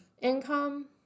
income